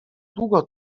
długo